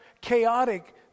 chaotic